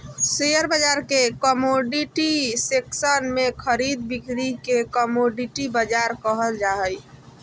share बाजार के commodity section में खरीद बिक्री के कमोडिटी बाजार कहल जा हइ